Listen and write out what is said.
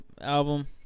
album